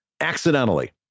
accidentally